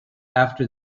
after